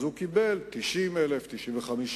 אז הוא קיבל 90,000 95,000,